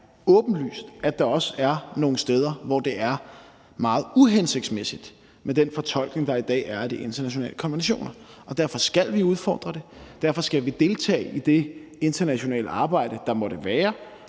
åbenlyst, at der også er nogle steder, hvor det er meget uhensigtsmæssigt med den fortolkning, der i dag er af de internationale konventioner, og derfor skal vi udfordre det, og derfor skal vi deltage i det internationale arbejde, der måtte være,